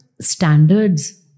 standards